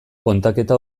kontaketa